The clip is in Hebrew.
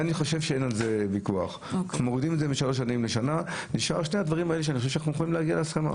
אני חושב שבשני הדברים שנשארו אנחנו יכולים להגיע להסכמות.